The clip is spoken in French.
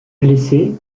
blessé